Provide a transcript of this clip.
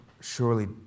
surely